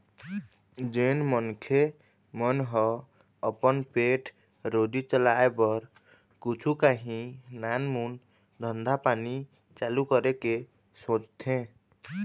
जेन मनखे मन ह अपन पेट रोजी चलाय बर कुछु काही नानमून धंधा पानी चालू करे के सोचथे